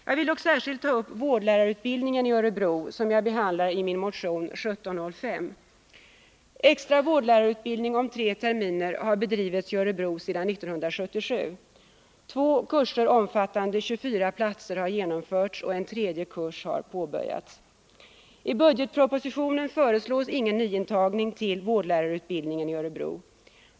Jag vill här särskilt ta upp frågan om vårdlärarutbildningen i Örebro, som jag tagit upp i min motion 1705. Extra vårdlärarutbildning om tre terminer har bedrivits i Örebro sedan 1977. Två kurser omfattande 24 platser har genomförts och en tredje kurs har påbörjats. I budgetpropositionen föreslås ingen nyantagning till vårdlärarutbildningen i Örebro.